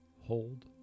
Hold